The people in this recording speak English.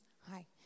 Hi